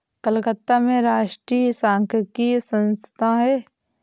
कलकत्ता में राष्ट्रीय सांख्यिकी संस्थान है